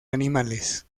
animales